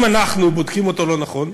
אם אנחנו בודקים אותו לא נכון,